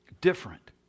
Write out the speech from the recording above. Different